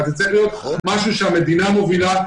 זה צריך להיות משהו שהמדינה מובילה,